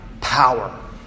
power